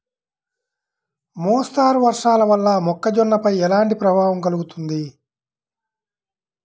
మోస్తరు వర్షాలు వల్ల మొక్కజొన్నపై ఎలాంటి ప్రభావం కలుగుతుంది?